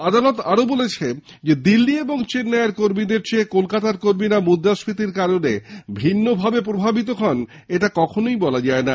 আদালত আরো বলেছে দিল্লি এবং চেন্নাই এর কর্মীদের চেয়ে কলকাতার কর্মীরা মুদ্রাস্ফীতির জন্য ভিন্নভাবে প্রভাবিত হন এটা কখনোই বলা যায় না